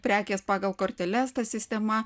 prekės pagal korteles ta sistema